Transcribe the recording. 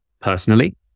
personally